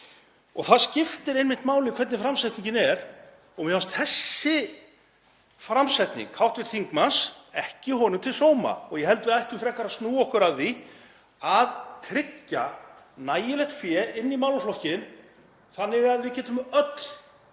og það skiptir einmitt máli hvernig framsetningin er. Mér fannst þessi framsetning hv. þingmanns honum ekki til sóma og ég held að við ættum frekar að snúa okkur að því að tryggja nægilegt fé inn í málaflokkinn þannig að við getum öll